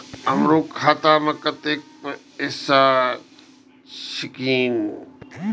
हमरो खाता में कतेक पैसा छकीन?